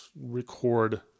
record